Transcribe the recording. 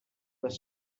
was